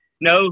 No